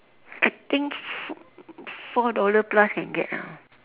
I think four four dollar plus can get ah